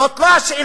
זאת לא השאלה.